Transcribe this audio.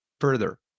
further